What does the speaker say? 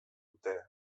dute